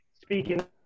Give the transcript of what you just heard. speaking